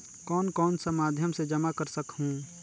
कौन कौन सा माध्यम से जमा कर सखहू?